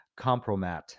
Compromat